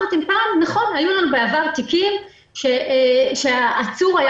--- היו לנו בעבר תיקים של עצור שהיה